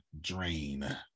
drain